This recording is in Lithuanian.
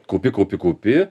kaupi kaupi kaupi